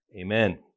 Amen